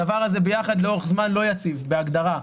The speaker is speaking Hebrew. הדבר הזה ביחד לאורך זמן לא יציב, בהגדרה.